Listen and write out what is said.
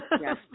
Yes